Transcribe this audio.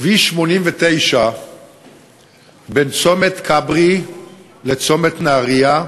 כביש 89 בין צומת כברי לצומת נהרייה,